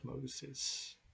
Moses